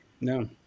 No